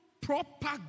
proper